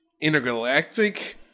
intergalactic